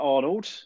Arnold